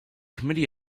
committee